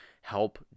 help